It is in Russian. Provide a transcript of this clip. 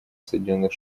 соединенных